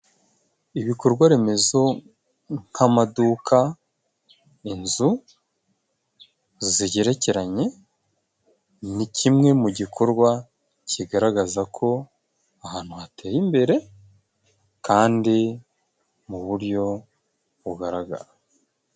Ibikorwa remezo nk'amaduka inzu zigerekeranye, ni kimwe mu gikorwa kigaragaza ko ahantu hateye imbere, kandi mu buryo bugaragara.